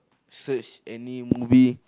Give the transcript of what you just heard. search any movie